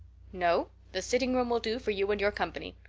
no. the sitting room will do for you and your company.